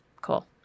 Cool